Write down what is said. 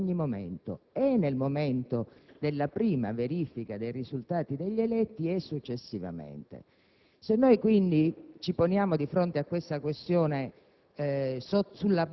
si può produrre in ogni momento, e nel momento della prima verifica dei risultati degli eletti e successivamente. Se noi quindi ci poniamo di fronte a tale questione